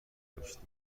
داشتیم